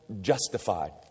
justified